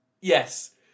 yes